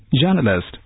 journalist